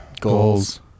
Goals